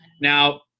Now